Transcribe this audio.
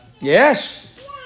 Yes